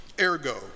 Ergo